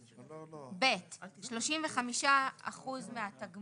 תיקון סעיף 14 2. (2) (ב) (2)(ב) 35% מהתגמול